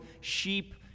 sheep